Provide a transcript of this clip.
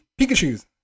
pikachus